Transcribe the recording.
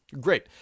Great